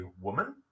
woman